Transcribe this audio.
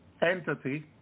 entity